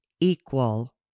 equal